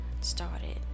started